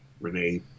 Renee